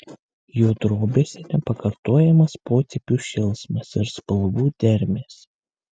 jo drobėse nepakartojamas potėpių šėlsmas ir spalvų dermės